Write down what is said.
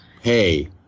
Hey